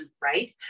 right